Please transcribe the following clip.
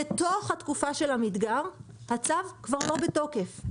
בתוך התקופה של המדגר הצו כבר לא בתוקף.